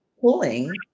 pulling